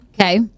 okay